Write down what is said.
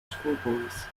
schoolboys